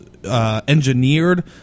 Engineered